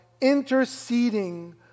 interceding